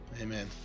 amen